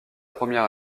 première